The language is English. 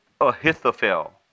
Ahithophel